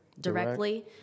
directly